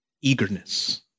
eagerness